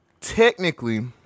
technically